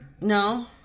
No